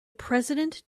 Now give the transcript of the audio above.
president